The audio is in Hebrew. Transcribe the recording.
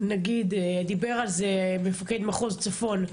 דיבר על זה מפקד מחוז צפון,